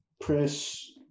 press